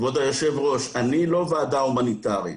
כבוד היושב ראש, אני לא וועדה הומניטרית.